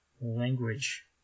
language